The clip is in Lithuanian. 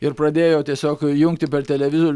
ir pradėjo tiesiog jungti per televizo